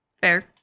fair